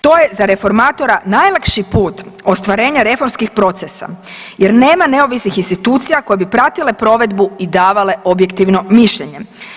To je za reformatora najlakši put ostvarenja reformskih procesa jer nema neovisnih institucija koje bi pratile provedbu i davale objektivno mišljenje.